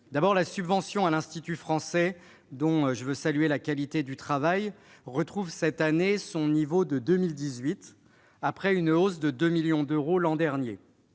La subvention à l'Institut français, dont je veux saluer la qualité du travail, retrouve cette année son niveau de 2018, après une hausse de 2 millions d'euros l'an dernier.